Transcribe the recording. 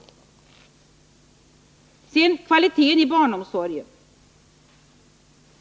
Sedan till frågan om kvaliteten i fråga om barnomsorgen.